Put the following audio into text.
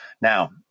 Now